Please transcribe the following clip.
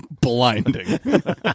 blinding